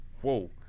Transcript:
whoa